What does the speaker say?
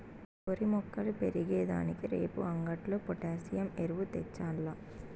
ఓరి మొక్కలు పెరిగే దానికి రేపు అంగట్లో పొటాసియం ఎరువు తెచ్చాల్ల